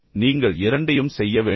எனவே நீங்கள் இரண்டையும் செய்ய வேண்டும்